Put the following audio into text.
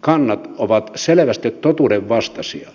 kannat ovat selvästi totuudenvastaisia